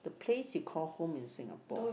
place you call home in Singapore